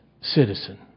citizen